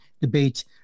debate